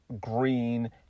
Green